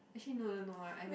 actually no no no I don't